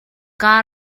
kaa